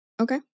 Okay